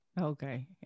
Okay